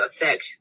effect